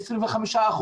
25%,